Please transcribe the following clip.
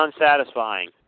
unsatisfying